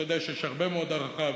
אתה יודע שיש הרבה מאוד הערכה,